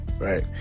right